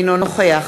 אינו נוכח